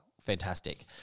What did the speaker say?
fantastic